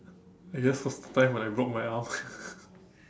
I guess it was the time when I broke my arm